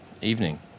evening